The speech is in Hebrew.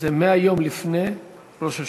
זה 100 יום לפני ראש השנה.